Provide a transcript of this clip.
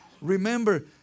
Remember